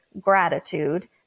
gratitude